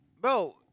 Bro